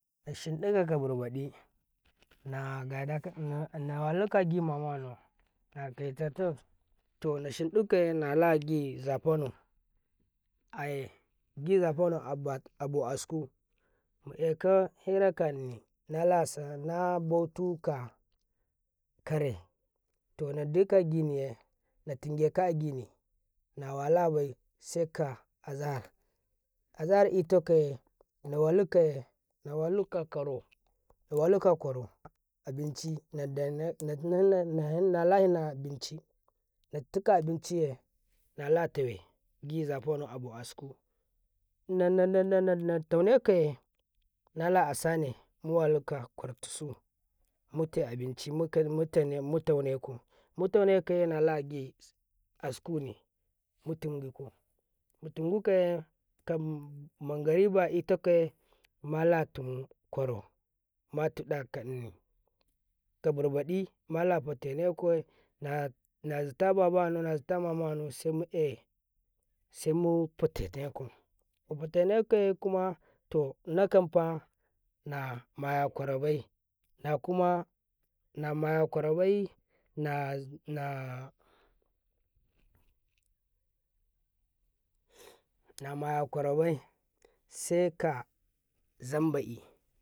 na sinɗu halka barbaɗi na gadaka na walika gi mamannanu to na suɗika nala gi zaifanau aye gi zaifenau abo askum aka harkame na bautuka baika azahari takara na walikai na walika ƙara abinci nalalaina abinci ntika abinci gi zafenan nada tanna kayi ƙartisu mutai abinci mutai nako askune mutigikum mutigikaye manga ribuetakaye mangaribai takaye malatimu matiɗakan mala farene kabarbaɗi mala fatenakam nazata babau nazata mamau semuneye semu fatetekam nafatanekaye to inanfa maya ƙarabai namayaƙa rabai namaya ƙaƙabai seka zambe.